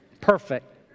Perfect